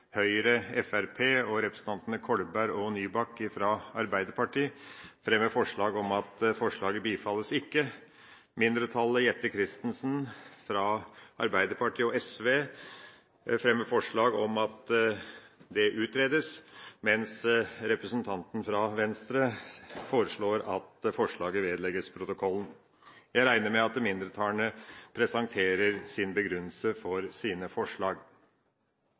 Høyre, Fremskrittspartiet og representantene Kolberg og Nybakk fra Arbeiderpartiet, fremmer forslag om at forslaget bifalles ikke. Mindretallet – Jette Christensen, fra Arbeiderpartiet, og SV – fremmer forslag om dette utredes, mens representanten fra Venstre foreslår at forslaget vedlegges protokollen. Jeg regner med at mindretallene presenterer sin begrunnelse for